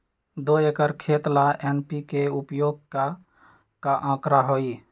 दो एकर खेत ला एन.पी.के उपयोग के का आंकड़ा होई?